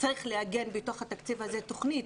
צריך לעגן בתוך התקציב הזה תכנית,